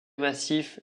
massifs